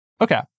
Okay